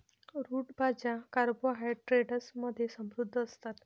route भाज्या carbohydrates मध्ये समृद्ध असतात